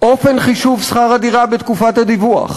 אופן חישוב שכר הדירה בתקופת הדיווח